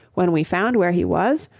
when we found where he was,